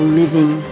living